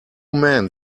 men